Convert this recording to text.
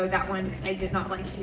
though that one, i did not like